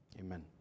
Amen